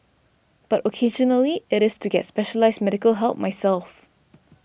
but occasionally it is to get specialised medical help myself